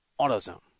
AutoZone